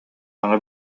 саҥа